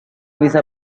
bisa